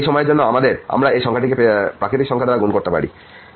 এই সময়ের জন্য আমরা এই সংখ্যাটি পেতে প্রাকৃতিক সংখ্যা দ্বারা গুণ করতে পারি